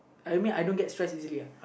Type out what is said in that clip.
I mean I don't get stress easily uh